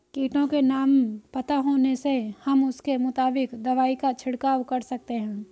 कीटों के नाम पता होने से हम उसके मुताबिक दवाई का छिड़काव कर सकते हैं